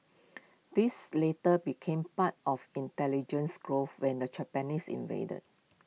these later became part of intelligence grove when the Japanese invaded